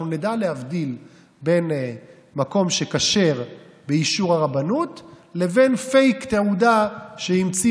אנחנו נדע להבדיל בין מקום שכשר באישור הרבנות לבין פייק-תעודה שהמציאו